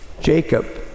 Jacob